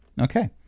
Okay